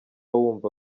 wumva